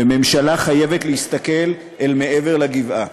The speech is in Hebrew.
וממשלה חייבת להסתכל אל מעבר לגבעה.